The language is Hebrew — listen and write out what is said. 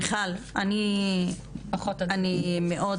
מיכל, אני מאוד